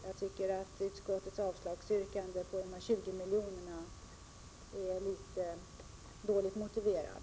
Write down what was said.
Jag tycker att utskottets yrkande om avslag på vårt krav på 20 miljoner är litet dåligt motiverat.